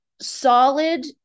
solid